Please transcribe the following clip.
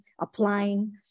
applying